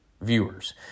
viewers